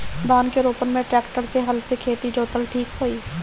धान के रोपन मे ट्रेक्टर से की हल से खेत जोतल ठीक होई?